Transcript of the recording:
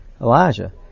Elijah